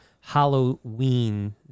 Halloween